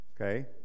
okay